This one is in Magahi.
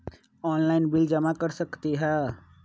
ऑनलाइन बिल जमा कर सकती ह?